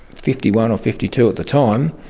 fifty one or fifty two at the time,